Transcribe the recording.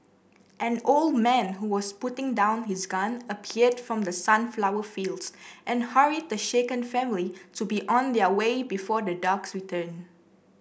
an old man who was putting down his gun appeared from the sunflower fields and hurried the shaken family to be on their way before the dogs return